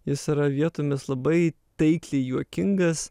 jis yra vietomis labai taikliai juokingas